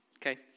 Okay